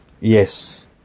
Yes